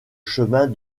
chemin